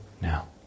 now